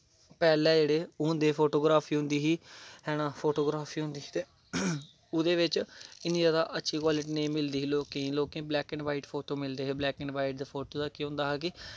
पैह्लैं जेह्ड़े होंदे हे फोटोग्राफी होंदी ही हैना फोटोग्राफी होंदी ही ते ओह्दे बिच्च इन्नी जैदा अच्छी क्वालिटी नेईं मिलदी ही लोकें गी ते लोकें वाइट फोटो मिलदे हे ते बलैक ऐंड़ वाइट फोटो दा केह् होंदा हा कि